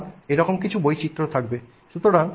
সুতরাং এরকম কিছু বৈচিত্র থাকবে